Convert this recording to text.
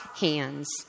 hands